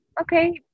okay